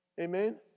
Amen